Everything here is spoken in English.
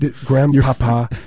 Grandpapa